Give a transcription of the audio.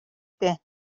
дээ